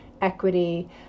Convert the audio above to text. equity